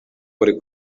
uri